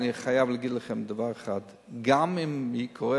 אני חייב להגיד לכם דבר אחד: גם אם קורה